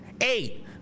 eight